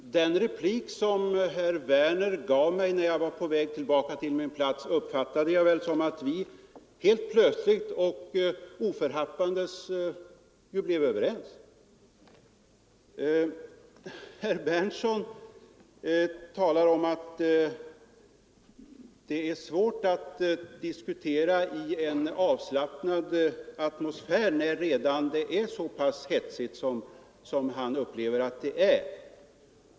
Herr talman! Den replik som herr Werner i Malmö riktade till mig när jag var på väg tillbaka till min plats uppfattade jag så, att vi helt plötsligt och oförhappandes blivit överens. Herr Berndtson talar om att det är svårt att diskutera i en avslappnad atmosfär när debatten redan är så hetsig som han upplever den.